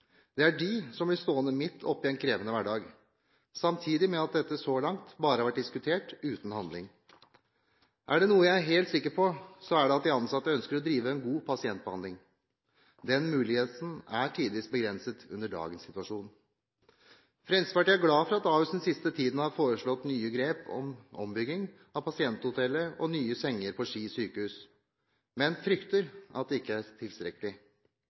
Det er de som blir stående midt oppe i en krevende hverdag, samtidig med at dette så langt bare har vært diskutert – uten handling. Er det noe jeg er helt sikker på, er det at de ansatte ønsker å drive en god pasientbehandling. Den muligheten er tidvis begrenset under dagens situasjon. Fremskrittspartiet er glad for at Ahus den siste tiden har foreslått nye grep, som ombygging av pasienthotellet og nye senger på Ski sykehus, men frykter at det ikke er tilstrekkelig.